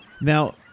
Now